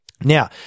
Now